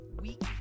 week